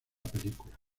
película